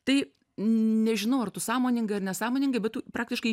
tai nežinau ar tu sąmoningai ar nesąmoningai bet tu praktiškai